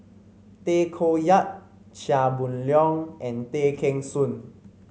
Tay Koh Yat Chia Boon Leong and Tay Kheng Soon